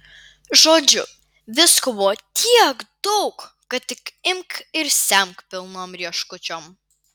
žodžiu visko buvo tiek daug kad tik imk ir semk pilnom rieškučiom